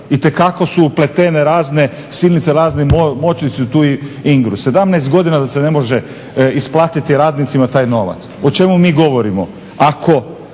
Itekako su upletene razne silnice, razni moćnici u tu INGRA-u. 17 godina da se ne može isplatiti radnicima taj novac. O čemu mi govorimo? Ako